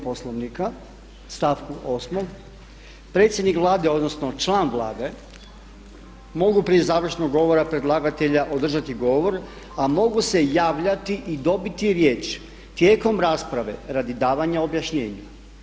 Poslovnika stavku 8. predsjednik Vlade, odnosno član Vlade mogu prije završnog govora predlagatelja održati govor, a mogu se i javljati i dobiti riječ tijekom rasprave radi davanja objašnjenja.